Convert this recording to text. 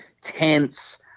tense